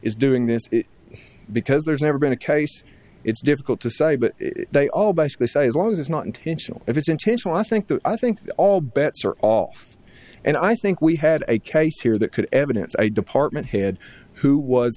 is doing this because there's never been a case it's difficult to say but they all basically say as long as it's not intentional if it's intentional i think that i think all bets are off and i think we had a case here that could evidence i department head who was